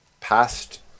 past